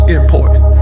important